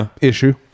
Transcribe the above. issue